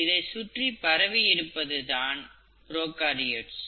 இதை சுற்றி பரவியிருப்பது தான் ப்ரோகாரியோட்ஸ்